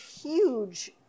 huge